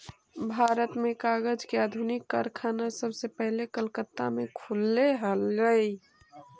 भारत में कागज के आधुनिक कारखाना सबसे पहले कलकत्ता में खुलले हलइ